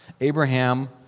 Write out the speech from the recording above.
Abraham